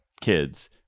kids